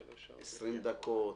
20 דקות,